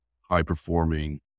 high-performing